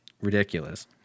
ridiculous